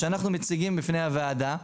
שאנחנו מציגים בפני הוועדה,